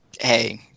hey